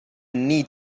need